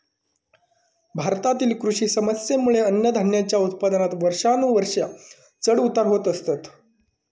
भारतातील कृषी समस्येंमुळे अन्नधान्याच्या उत्पादनात वर्षानुवर्षा चढ उतार होत असतत